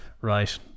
Right